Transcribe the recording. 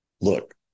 look